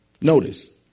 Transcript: Notice